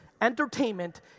Entertainment